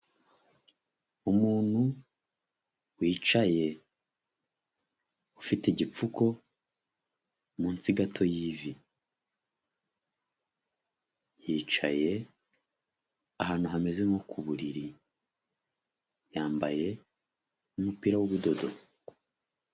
Umuntu wicaye ufite igipfuko munsi gato y'ivi. Yicaye ahantu hameze nko ku buriri, yambaye umupira w'ubudodo.